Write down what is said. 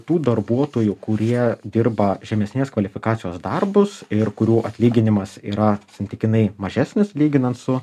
tų darbuotojų kurie dirba žemesnės kvalifikacijos darbus ir kurių atlyginimas yra santykinai mažesnis lyginant su